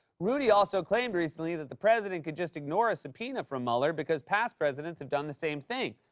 rudy also claimed recently that the president could just ignore a subpoena from mueller because past presidents have done the same thing.